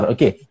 Okay